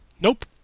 Nope